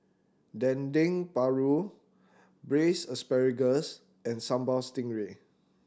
Dendeng Paru Braised Asparagus and Sambal Stingray